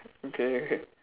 okay